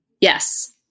Yes